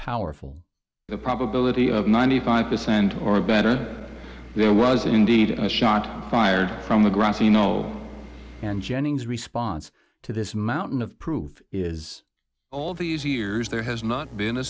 powerful the probability of ninety five percent or better there was indeed a shot fired from the grassy knoll and jennings response to this mountain of proof is all these years there has not been a